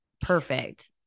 perfect